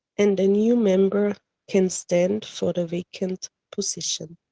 and a new member can stand for the vacant position.